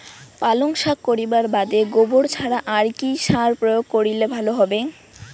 পালং শাক করিবার বাদে গোবর ছাড়া আর কি সার প্রয়োগ করিলে ভালো হবে?